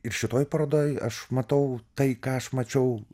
ir šitoj parodoj aš matau tai ką aš mačiau